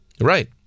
Right